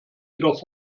jedoch